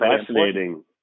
fascinating